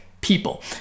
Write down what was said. people